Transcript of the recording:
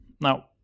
now